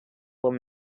will